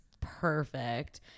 perfect